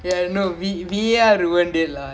like you don't need to like you can be like